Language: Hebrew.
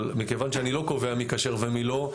אבל מכיוון שאני לא קובע מי כשר ומי לא,